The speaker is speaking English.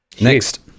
Next